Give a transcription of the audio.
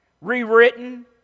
rewritten